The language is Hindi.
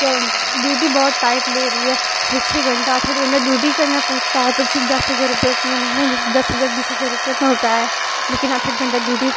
क्या ड्यूटी बहुत टाइट ले रही है छः छः घंटा आठ आठ घंटा ड्यूटी करना पड़ता है तब सिर्फ दस हजार रुपया के लिए महीने में दस हजार बीस हजार रुपया मिलता है लेकिन आठ आठ घंटा ड्यूटी